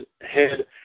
head